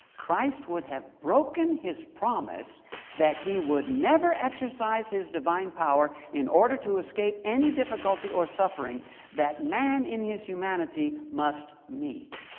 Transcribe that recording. christ would have broken his promise that he would never exercise his divine power in order to escape any difficulty or suffering that man in his humanity must meet.